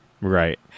Right